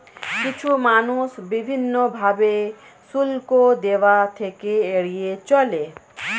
কিছু মানুষ বিভিন্ন ভাবে শুল্ক দেওয়া থেকে এড়িয়ে চলে